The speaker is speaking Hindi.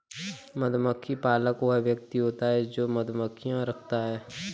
मधुमक्खी पालक वह व्यक्ति होता है जो मधुमक्खियां रखता है